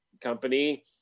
company